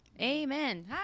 amen